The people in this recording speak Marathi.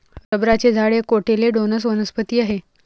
रबराचे झाड एक कोटिलेडोनस वनस्पती आहे